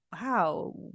wow